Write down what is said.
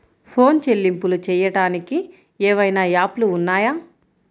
Phone చెల్లింపులు చెయ్యటానికి ఏవైనా యాప్లు ఉన్నాయా?